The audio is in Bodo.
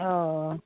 औ